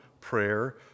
prayer